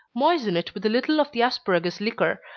moisten it with a little of the asparagus liquor,